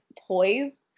poise